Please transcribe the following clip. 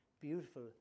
beautiful